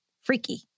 freaky